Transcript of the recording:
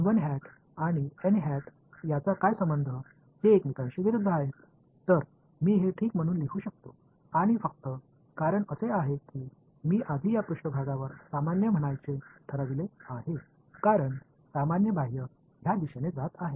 எனவே இதை நான் என்று எழுத முடிந்ததற்கு ஒரே காரணம் என்னவென்றால் இந்த இயல்பானது வெளிப்புறமாக இந்த திசையில் இருப்பதால் இந்த மேற்பரப்புக்கு இயல்பை அழைக்க நான் முன்பு முடிவு செய்தேன்